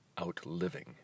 outliving